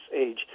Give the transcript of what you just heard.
age